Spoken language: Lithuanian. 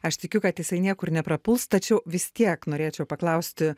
aš tikiu kad jisai niekur neprapuls tačiau vis tiek norėčiau paklausti